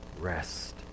rest